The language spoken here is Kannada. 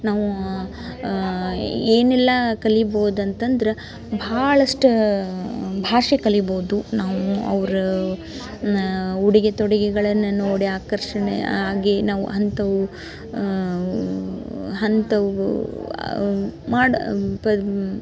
ನಾವು ಏನೆಲ್ಲ ಕಲಿಬೋದು ಅಂತ ಅಂದ್ರೆ ಭಾಳಷ್ಟು ಭಾಷೆ ಕಲಿಬೋದು ನಾವು ಅವರ ಉಡುಗೆ ತೊಡುಗೆಗಳನ್ನು ನೋಡಿ ಆಕರ್ಷಣೆ ಆಗಿ ನಾವು ಅಂಥವು ಅಂಥವು ಮಾಡ ಪರ್